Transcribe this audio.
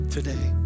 today